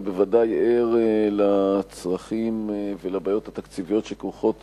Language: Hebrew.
אני בוודאי ער לצרכים ולבעיות התקציביות שכרוכות